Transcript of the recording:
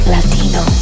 Latino